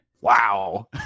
Wow